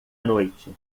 noite